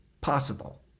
possible